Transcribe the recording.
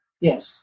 Yes